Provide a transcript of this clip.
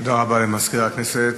תודה רבה למזכיר הכנסת.